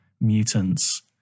mutants